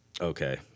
Okay